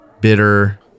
bitter